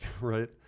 right